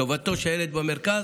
טובתו של הילד במרכז.